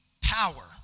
power